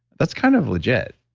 that's kind of legit.